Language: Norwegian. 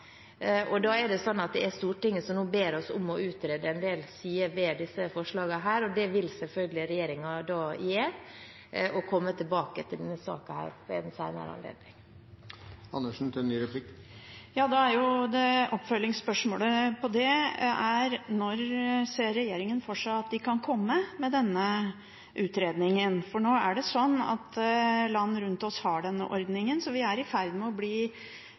er Stortinget som nå ber oss om å utrede en del sider ved disse forslagene. Det vil regjeringen selvfølgelig gjøre – og komme tilbake til denne saken ved en senere anledning. Oppfølgingsspørsmålet til det er: Når ser regjeringen for seg at den kan komme med denne utredningen? For nå er det slik at land rundt oss har denne ordningen, så vi er i ferd med å bli